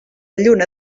lluna